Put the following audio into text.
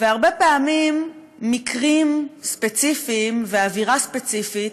והרבה פעמים מקרים ספציפיים ואווירה ספציפית